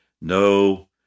No